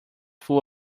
full